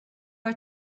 are